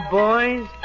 boys